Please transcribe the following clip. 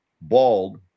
bald